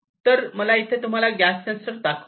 तर मला इथे तुम्हाला गॅस सेन्सर दाखवू द्या